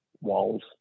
walls